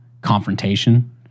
confrontation